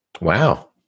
Wow